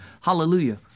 Hallelujah